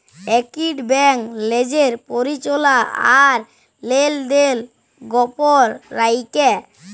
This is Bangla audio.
ইকট ব্যাংক লিজের পরিচাললা আর লেলদেল গপল রাইখে